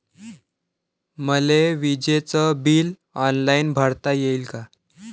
मले विजेच bill online भरता येईन का?